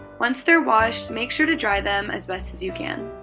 once they're washed, make sure to dry them as best as you can.